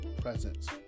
presence